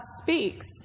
speaks